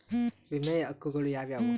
ವಿಮೆಯ ಹಕ್ಕುಗಳು ಯಾವ್ಯಾವು?